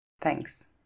Thanks